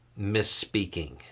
misspeaking